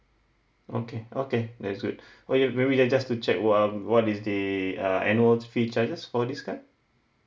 okay okay that's good oh ya maybe I just to check um what is the uh annual fee charges for this card